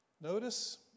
notice